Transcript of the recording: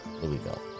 Louisville